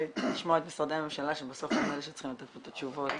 לשמוע את משרדי הממשלה שבסוף הם אלה שצריכים לתת פה את התשובות.